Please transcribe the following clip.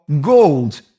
gold